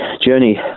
journey